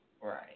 right